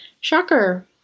Shocker